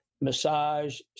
massage